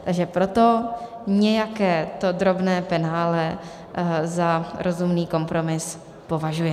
Takže proto nějaké to drobné penále za rozumný kompromis považujeme.